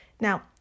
Now